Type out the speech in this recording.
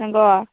नंगौ